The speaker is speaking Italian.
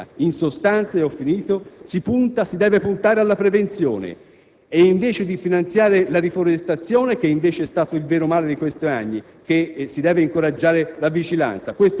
una somma per ogni incendio che si verifica. In sostanza, si deve puntare alla prevenzione e, invece di finanziare la riforestazione, che è stato il vero male di questi anni,